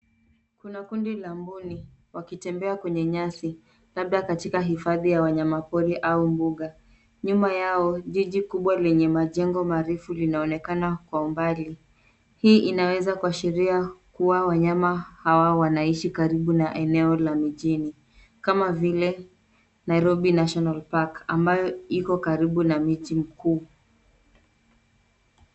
Kuna kundi la mbuni wakitembea kwenye nyasi labda katika hifadhi ya wanyama pori au mbuga, nyuma yao jiji lenye majengo marefu linaonekana kwa umbali, hii inaweza kuashiria kuwa wanyama hawa wanaishi karibu na eneo la mjini kama vile Nairobi National Park ambayo iko karibu na mji mkuu.